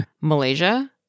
Malaysia